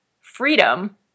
freedom